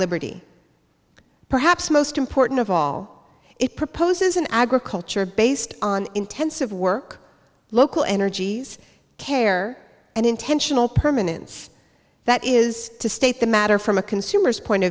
liberty perhaps most important of all it proposes an agriculture based on intensive work local energies care and intentional permanence that is to state the matter from a consumer's point of